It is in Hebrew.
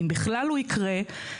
ואם בכלל הוא יהיה.